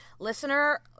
Listener